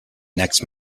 next